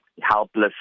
helpless